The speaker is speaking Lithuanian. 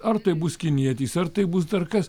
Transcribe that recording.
ar tai bus kinietis ar tai bus dar kas